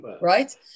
right